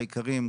היקרים,